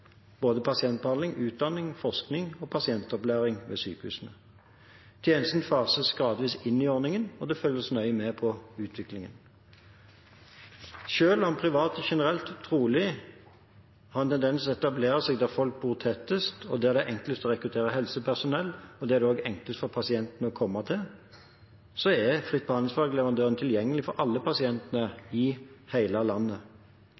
både pasientbehandling, utdanning, forskning og pasientopplæring ved sykehusene. Tjenesten fases gradvis inn i ordningen, og det følges nøye med på utviklingen. Selv om private generelt trolig har en tendens til å etablere seg der hvor folk bor tettest, der det er enklest å rekruttere helsepersonell, og der det også er enklest for pasientene å komme til, er fritt behandlingsvalg-leverandøren tilgjengelig for alle pasientene i hele landet.